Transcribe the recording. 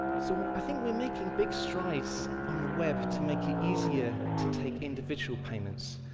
so i think we are making big strides on the web to make it easier to take individual payments,